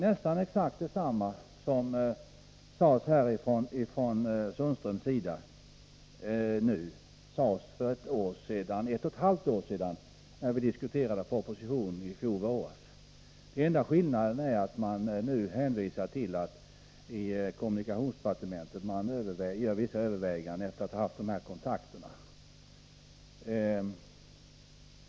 Nästan exakt detsamma som Sten-Ove Sundström nu anförde sades för ett och ett halvt år sedan, när vi i fjol våras diskuterade propositionen. Enda skillnaden är att man nu hänvisar till att det i kommunikationsdepartementet görs vissa överväganden efter det att departementet har haft dessa kontakter.